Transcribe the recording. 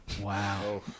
Wow